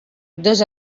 dos